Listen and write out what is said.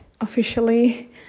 officially